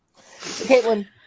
Caitlin